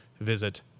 visit